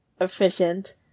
efficient